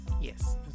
yes